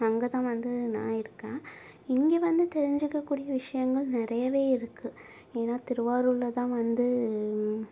அங்கேதான் வந்து நான் இருக்கேன் இங்கே வந்து தெரிஞ்சுக்கக்கூடிய விஷயங்கள் நிறையவே இருக்கு ஏன்னா திருவாரூரில் தான் வந்து